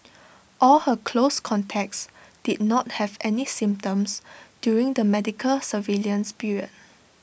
all her close contacts did not have any symptoms during the medical surveillance period